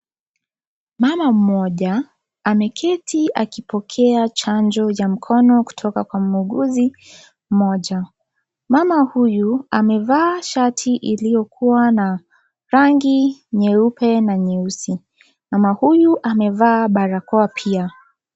Mama mmoja ameketi akipokea chanjo ya mkono kutoka kwa muuguzi mmoja, mama huyu amevaa shati iliyokuwa na rangi nyeupe na nyeusi mama huyu amevaa barakoa pia.